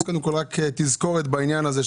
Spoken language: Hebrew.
אז קודם כול רק תזכורת בעניין הזה,